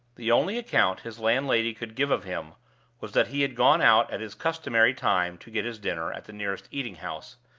the only account his landlady could give of him was that he had gone out at his customary time to get his dinner at the nearest eating-house,